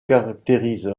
caractérise